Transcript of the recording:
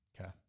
Okay